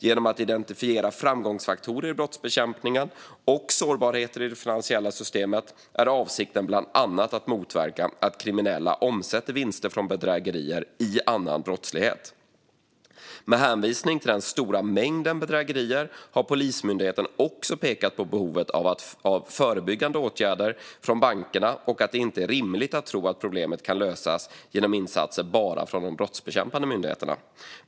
Genom att identifiera framgångsfaktorer i brottsbekämpningen och sårbarheter i det finansiella systemet är avsikten bland annat att motverka att kriminella omsätter vinster från bedrägerier i annan brottslighet. Med hänvisning till den stora mängden bedrägerier har Polismyndigheten också pekat på behovet av förebyggande åtgärder från bankernas sida och att det inte är rimligt att tro att problemet kan lösas genom insatser bara av de brottsbekämpande myndigheterna.